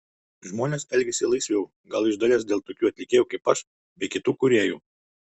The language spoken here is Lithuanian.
žmonės elgiasi laisviau gal iš dalies dėl tokių atlikėjų kaip aš bei kitų kūrėjų